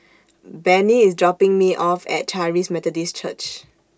Benny IS dropping Me off At Charis Methodist Church